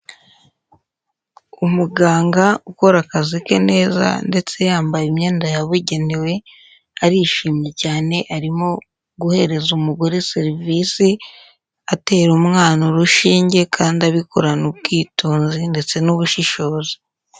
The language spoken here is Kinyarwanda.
Umuganga ukora akazi ke neza ndetse yambaye imyenda yabugenewe, arishimye cyane arimo guhereza umugore serivisi atera umwana urushinge, kandi abikorana ubwitonzi ndetse n'ubushishozi.